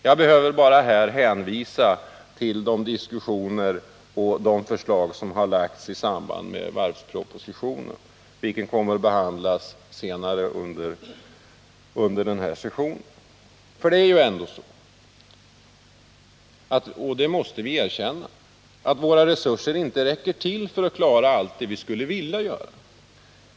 Jag behöver bara hänvisa till de diskussioner och förslag som lagts fram i samband med varvspropositionen, vilken kommer att behandlas senare under våren. Det är ju ändå så, och det måste vi erkänna, att våra resurser inte räcker till för att klara allt det vi skulle vilja göra.